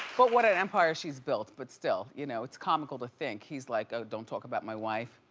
but what an empire she's built. but still, you know it's comical to think he's like, ah don't talk about my wife.